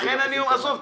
לכן אני אומר לעזוב.